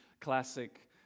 classic